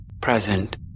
present